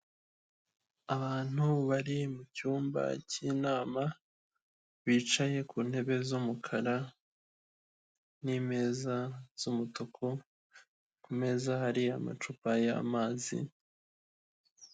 Abantu bari mu cyumba cy'inama bicaye ku ntebe z'umukara n'imeza z'umutuku ku meza hari amacupa y'amazi.